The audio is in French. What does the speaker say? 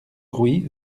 crouy